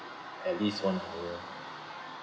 at least one hour